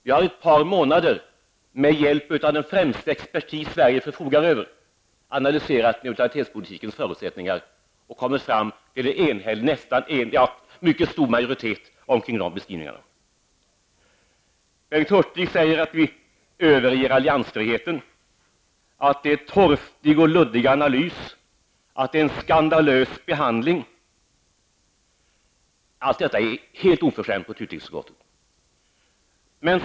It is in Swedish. Vi har i ett par månader, med hjälp av den främsta expertis Sverige förfogar över, analyserat neutralitetspolitikens förutsättningar och kommit fram till en mycket stor majoritet kring de beskrivningarna. Bengt Hurtig säger att vi överger alliansfriheten, att det är en torftig och luddig analys, att det är en skandalös behandling. Allt detta är helt oförskämt mot utrikesutskottet.